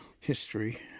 history